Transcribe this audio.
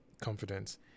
confidence